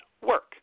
work